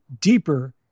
deeper